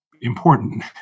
important